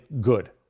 good